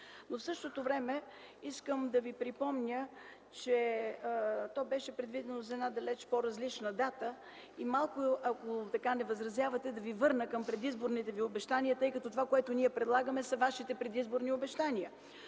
В същото време искам да ви припомня, че то беше предвидено за една далече по-различна дата. Ако не възразявате, малко ще ви върна към предизборните ви обещания, тъй като това, което ние предлагаме, са вашите предизборни обещания,